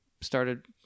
started